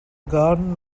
garden